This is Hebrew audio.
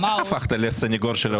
איך הפכת לסנגור של האוצר?